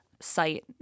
site